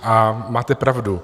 A máte pravdu.